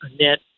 net